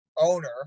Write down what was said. owner